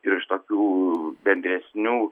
ir iš tokių bendresnių